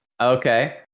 Okay